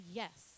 yes